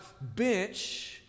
bench